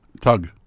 Tug